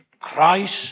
Christ